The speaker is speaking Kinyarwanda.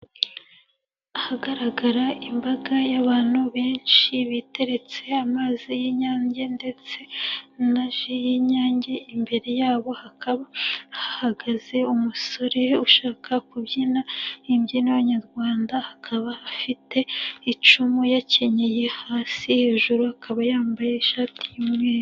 Ahagaragara imbaga y'abantu benshi biteretse amazi y'inyange ndetse na ji y'inyange imbere yabo hakaba hahagaze umusore ushaka kubyina imbyino nyayarwanda, hakaba afite icumu yakenyeye hasi hejuru akaba yambaye ishati y'umweru.